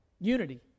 Unity